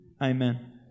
Amen